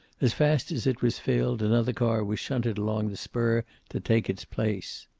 as fast as it was filled, another car was shunted along the spur to take its place.